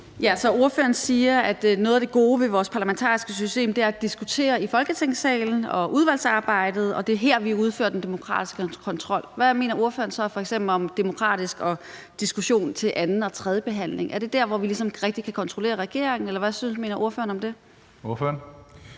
(UFG): Ordføreren siger, at noget af det gode ved vores parlamentariske system er at diskutere i Folketingssalen og udvalgsarbejdet, og at det er her, vi udfører den demokratiske kontrol. Hvad mener ordføreren så f.eks. om »demokratisk« og diskussion ved anden- og tredjebehandlingen? Er det der, hvor vi ligesom rigtig kan kontrollere regeringen, eller hvad mener ordføreren om det? Kl.